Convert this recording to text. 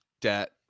debt